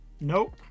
nope